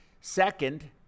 Second